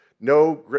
No